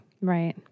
Right